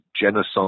genocide